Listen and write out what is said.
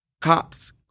cops